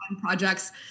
projects